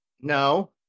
No